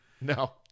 No